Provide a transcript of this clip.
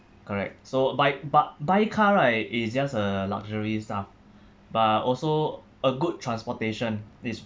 correct so buy bu~ buy car right is just a luxury stuff but also a good transportation this